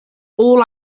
all